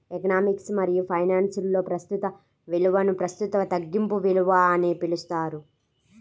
economics మరియుఫైనాన్స్లో, ప్రస్తుత విలువనుప్రస్తుత తగ్గింపు విలువ అని పిలుస్తారు